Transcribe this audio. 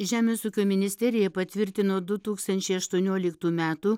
žemės ūkio ministerija patvirtino du tūkstančiai aštuonioliktų metų